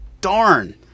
Darn